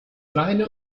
beine